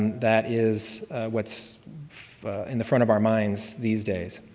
that is what's in the front of our minds these days.